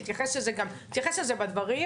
יתייחס לזה גם, תתייחס לזה בדברים.